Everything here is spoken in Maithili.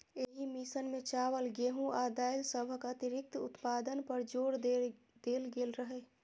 एहि मिशन मे चावल, गेहूं आ दालि सभक अतिरिक्त उत्पादन पर जोर देल गेल रहै